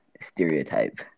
Stereotype